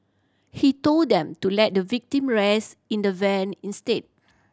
he told them to let the victim rest in the van instead